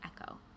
echo